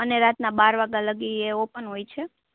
અને રાતના બાર વાગ્યા સુધી એ એ ઓપન હોય છે